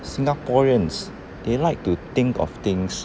singaporeans they like to think of things